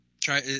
try